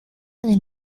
del